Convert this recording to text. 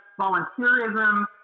volunteerism